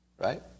Right